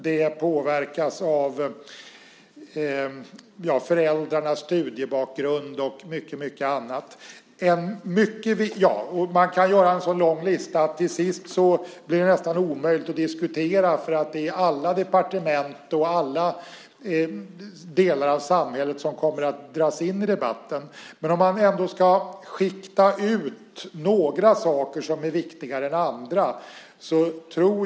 Det påverkas av föräldrarnas studiebakgrund och mycket annat. Man kan göra en så lång lista att det till sist blir nästan omöjligt att diskutera därför att alla departement och alla delar av samhället kommer att dras in i debatten. Men man kan ändå skikta ut några saker som är viktigare än andra.